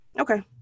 Okay